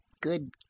good